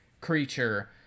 creature